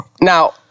Now